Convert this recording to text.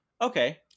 Okay